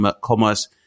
commerce